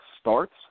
starts